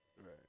Right